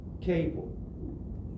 cable